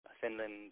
Finland